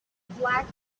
black